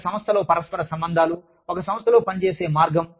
ఒక సంస్థలో పరస్పర సంబంధాలుఒక సంస్థలో పని చేసే మార్గం